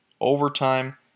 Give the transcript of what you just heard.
overtime